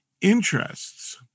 interests